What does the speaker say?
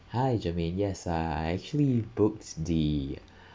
hi jermaine yes uh I actually booked the